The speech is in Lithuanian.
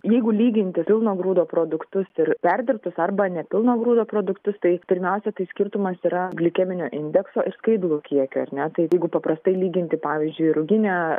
jeigu lyginti pilno grūdo produktus ir perdirbtus arba nepilno grūdo produktus tai pirmiausia tai skirtumas yra glikeminio indekso ir skaidulų kiekio ar ne tai jeigu paprastai lyginti pavyzdžiui ruginę